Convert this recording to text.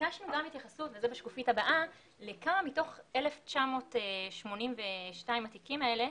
ביקשנו גם התייחסות לשאלה בכמה תיקים מתוך 1,982 התיקים האלה,